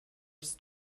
its